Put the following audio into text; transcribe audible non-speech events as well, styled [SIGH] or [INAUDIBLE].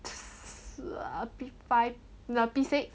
[NOISE] P five no P six